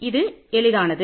இது எளிதானது